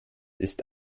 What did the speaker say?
ist